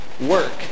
work